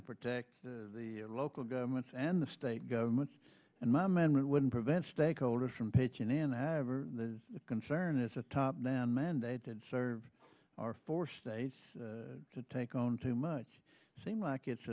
to protect the local governments and the state governments and my men wouldn't prevent stakeholders from pitching in however the concern is a top down mandate and serve are for states to take on too much seem like it's